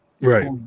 right